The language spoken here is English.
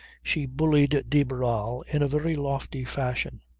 she bullied de barral in a very lofty fashion.